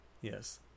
Yes